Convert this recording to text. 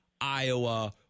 iowa